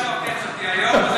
זה